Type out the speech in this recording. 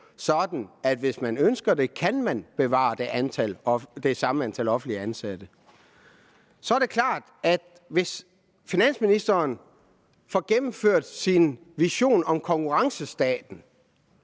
man, hvis man ønsker det, kan bevare det samme antal offentligt ansatte. Så er det klart, at hvis finansministeren får gennemført sin vision om konkurrencestaten,